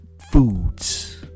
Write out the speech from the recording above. foods